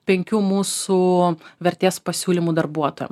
penkių mūsų vertės pasiūlymų darbuotojam